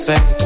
Say